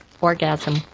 orgasm